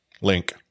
Link